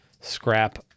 scrap